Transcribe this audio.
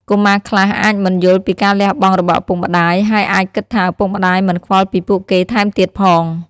កុមារខ្លះអាចមិនយល់ពីការលះបង់របស់ឪពុកម្ដាយ ហើយអាចគិតថាឪពុកម្ដាយមិនខ្វល់ពីពួកគេថែមទៀតផង។